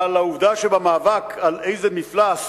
אבל העובדה שבמאבק על איזה מפלס